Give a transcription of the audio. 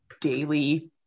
daily